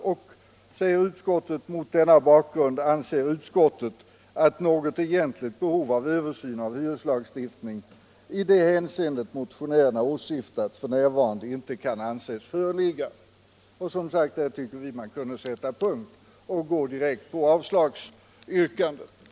”Mot denna bakgrund”, säger utskottet, ”anser utskottet att något egentligt behov av översyn av hyreslagstiftningen i det hänseende motionärerna åsyftat f.n. inte kan anses föreligga.” Där tycker vi att man kan sätta punkt och gå direkt på avstyrkandet.